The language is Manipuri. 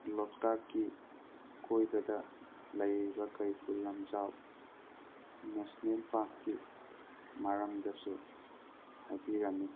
ꯂꯣꯛꯇꯥꯛꯀꯤ ꯑꯀꯣꯏꯕꯗ ꯂꯩꯔꯤꯕ ꯀꯩꯕꯨꯜ ꯂꯝꯖꯥꯎ ꯅꯦꯁꯅꯦꯟ ꯄꯥꯛꯀꯤ ꯃꯔꯝꯗꯁꯨ ꯍꯥꯏꯕꯤꯔꯝꯃꯤ